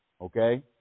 okay